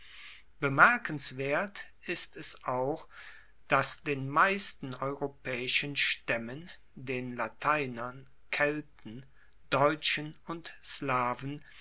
bemerkenswert ist es auch dass den meisten europaeischen staemmen den lateinern kelten deutschen und slawen